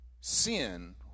sin